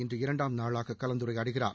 இன்று இரண்டாம் நாளாக கலந்துரையாடுகிறார்